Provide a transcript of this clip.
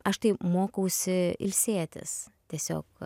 aš tai mokausi ilsėtis tiesiog